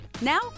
Now